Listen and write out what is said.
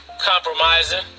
compromising